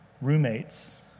roommates